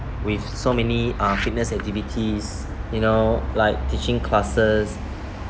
with so many uh fitness activities you know like teaching classes